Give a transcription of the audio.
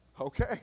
Okay